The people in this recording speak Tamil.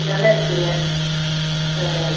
இதெல்லா இருக்குங்க ம்